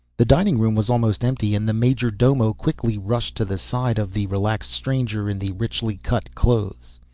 the dining room was almost empty and the major-domo quickly rushed to the side of the relaxed stranger in the richly cut clothes.